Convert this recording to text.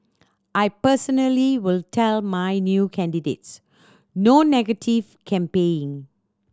I personally will tell my new candidates no negative campaigning